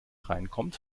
reinkommt